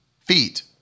feet